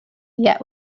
yet